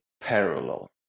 parallel